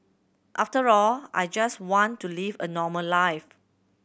after all I just want to live a normal life